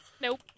Nope